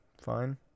Fine